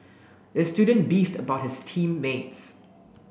the student beefed about his team mates